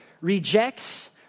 rejects